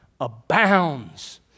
abounds